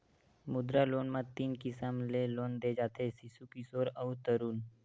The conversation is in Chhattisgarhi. मुद्रा लोन म तीन किसम ले लोन दे जाथे सिसु, किसोर अउ तरून